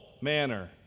manner